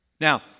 Now